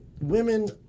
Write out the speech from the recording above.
women